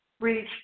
reach